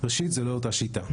ראשית זו לא אותה שיטה.